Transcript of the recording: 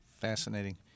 fascinating